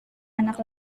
anak